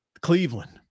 Cleveland